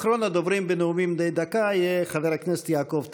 אחרון הדוברים בנאומים בני דקה יהיה חבר הכנסת יעקב טסלר.